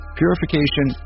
purification